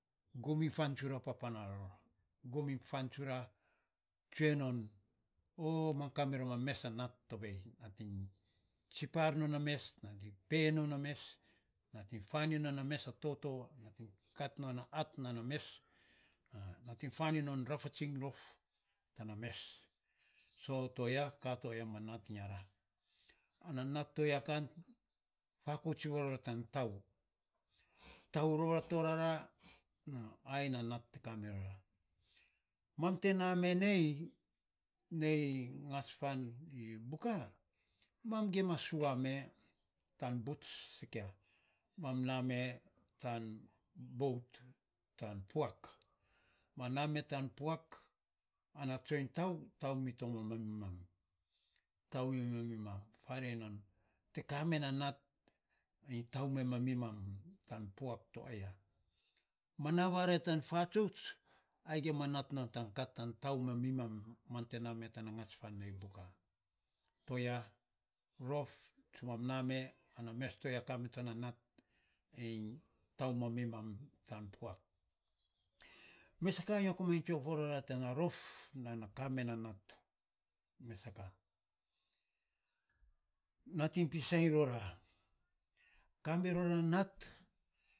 Gum iny fan tsura papara ror, gum iny fan tsura tsue ror o mam ka mirom a mes a nat tovei, nating tsipar non na mes nating pe non na mes, nating fan iny non a mes a toto, nating kat non na at na na mes nating faniny non na mes a toto, nating kat non na at nana mes nating faniny non rafatsiny ror tana mes, so toya ka to ya ma nating a ra, ana nat to aya kan fakauts iny varroa tan tau, tau ror ra torara, ai nan nat te kami ro ra, mam te na me nei i buka, mam gima sua me ma te na me tan puak, mam na me tan puak ana tsoiny tau, tau mi to ma mi mam, farei non te ka me na nat iny tau me ma mi mam tan puak to a ya, ma na vare tan fatsuts. ai gim non ma nat iny kat tan tau me mami mam. Mam te na me tana gats fan nei buka, to ya rof sa mam na me, ana mes ti ya ka mito na mat iny tau ma mi mam tan puak, me sa ka nyo ko mainy tsue of varo ra tana rof, tan ka me na nat, natiny pisainy roar ka mi ro ra na nat.